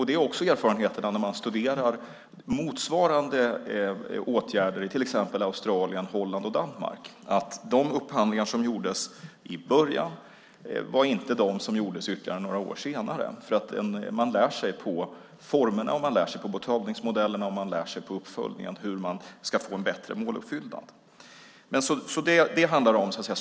Det är också erfarenheterna när man studerar motsvarande åtgärder i till exempel Australien, Holland och Danmark. De upphandlingar som gjordes i början var inte de som gjordes ytterligare några år senare. Man lär sig på formerna, betalningsmodellerna och uppföljningen hur man ska få en bättre måluppfyllnad.